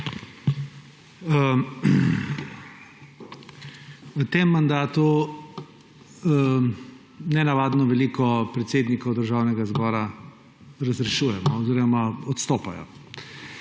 V tem mandatu nenavadno veliko predsednikov Državnega zbora razrešujemo oziroma odstopajo.